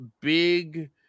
big